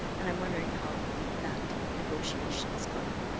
and i'm wondering how that negotiation is going.